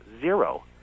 zero